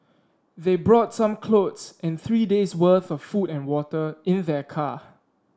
they brought some clothes and three days'worth of food and water in their car